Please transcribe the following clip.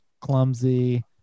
clumsy